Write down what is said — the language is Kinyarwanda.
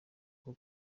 nko